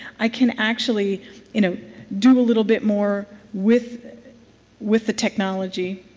i can actually you know do a little bit more with with the technology